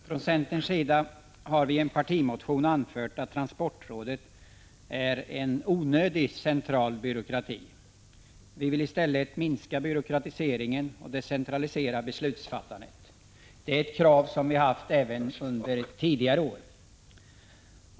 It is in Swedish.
Herr talman! Från centerns sida har vi i en partimotion anfört att transportrådet är en onödig byråkrati. Vi vill minska byråkratiseringen och decentralisera beslutsfattandet. Det är ett krav vi haft under tidigare år.